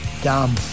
dumb